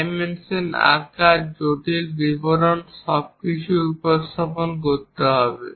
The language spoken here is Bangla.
ডাইমেনশন আকার জটিল বিবরণ সবকিছুই উপস্থাপন করতে হবে